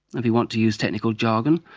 if you want to use technical jargon,